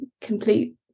complete